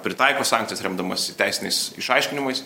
pritaiko sankcijas remdamasi teisiniais išaiškinimais